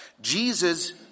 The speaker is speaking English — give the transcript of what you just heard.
Jesus